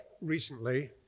recently